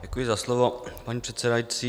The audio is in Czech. Děkuji za slovo, paní předsedající.